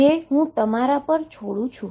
જે હું તમારા પર તે છોડું છું